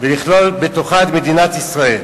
ולכלול בתוכה את מדינת ישראל.